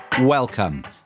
Welcome